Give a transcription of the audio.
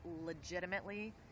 legitimately